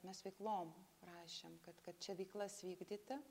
mes veiklom rašėm kad kad čia veiklas vykdyti